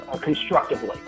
constructively